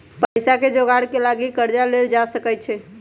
पइसाके जोगार के लागी कर्जा लेल जा सकइ छै